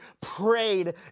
prayed